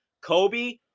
Kobe